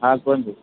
ହଁ କୁହନ୍ତୁ